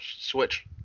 Switch